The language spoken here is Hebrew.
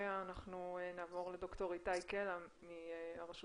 אחריה נעבור לד"ר איתי קלע מהרשות